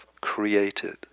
created